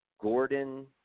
Gordon